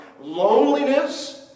Loneliness